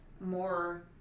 more